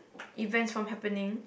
events from happening